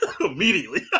Immediately